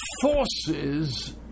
forces